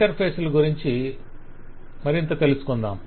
interface లు గురించి మనం మరింత తెలుసుకొందాం